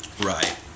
Right